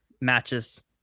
matches